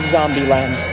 Zombieland